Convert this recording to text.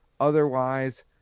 Otherwise